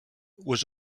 was